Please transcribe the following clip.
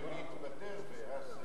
יכולים להתפטר,